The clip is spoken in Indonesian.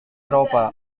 eropa